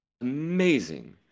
amazing